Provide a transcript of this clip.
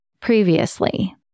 previously